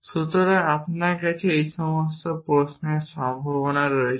সুতরাং আপনার কাছে এই সমস্ত প্রশ্নের সম্ভাবনা রয়েছে